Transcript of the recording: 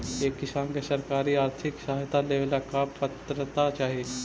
एक किसान के सरकारी आर्थिक सहायता लेवेला का पात्रता चाही?